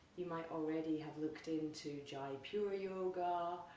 you might already have looked into jaipure yoga,